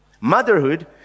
Motherhood